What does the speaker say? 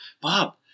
Bob